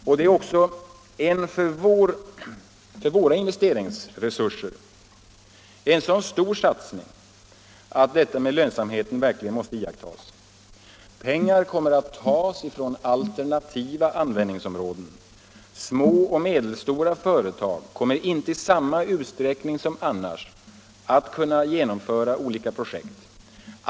Det gäller också en sådan stor satsning av våra investeringsresurser att lönsamheten verkligen måste iakttas. Pengarna kommer att tas från alternativa användningsområden. Små och medelstora företag kommer inte i samma utsträckning som annars att kunna genomföra olika projekt.